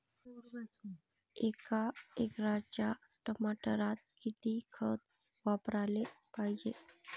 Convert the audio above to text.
एका एकराच्या टमाटरात किती खत वापराले पायजे?